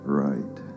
right